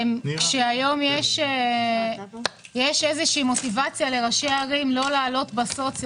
היום יש מוטיבציה לראשי ערים לא לעלות בסוציו